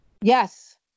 Yes